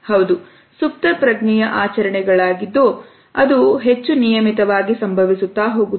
ಹೌದು ಸುಪ್ತಪ್ರಜ್ಞೆಯ ಆಚರಣೆಗಳಾಗಿದ್ದು ಅದು ಹೆಚ್ಚು ನಿಯಮಿತವಾಗಿ ಸಂಭವಿಸುತ್ತಾ ಹೋಗುತ್ತದೆ